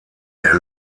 der